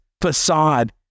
facade